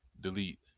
delete